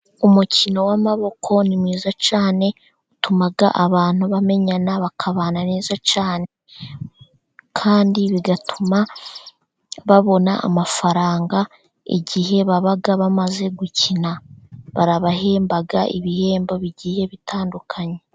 Umukino w'amaboko ni mwiza cyane, utuma abantu bamenyana bakabana neza cyane, kandi bigatuma babona amafaranga. Igihe baba bamaze gukina babahemba ibihembo bigiye bitandukanye.